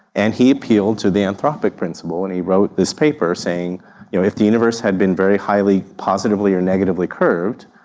and he appealed to the anthropic principle and he wrote this paper saying if the universe had been very highly positively or negatively curved,